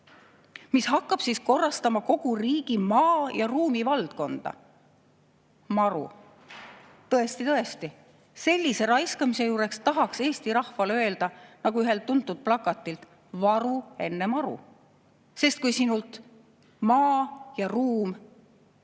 mis hakkab korrastama kogu riigi maa‑ ja ruumivaldkonda. MaRu. Tõesti-tõesti, sellise raiskamise juures tahaks Eesti rahvale öelda, nagu üks tuntud plakat ütleb: varu enne maru. Kui sinult maa ja ruum